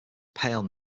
pale